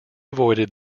avoided